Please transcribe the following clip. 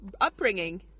upbringing